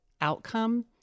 outcome